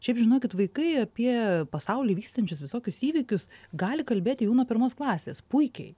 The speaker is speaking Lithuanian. šiaip žinokit vaikai apie pasauly vykstančius visokius įvykius gali kalbėti jau nuo pirmos klasės puikiai